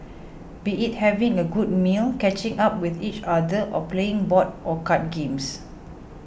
be it having a good meal catching up with each other or playing board or card games